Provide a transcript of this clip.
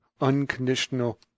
unconditional